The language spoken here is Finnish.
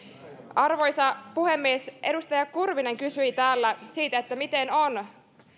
arvoisa puhemies edustaja kurvinen kysyi täällä siitä että miten on